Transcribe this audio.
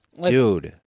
dude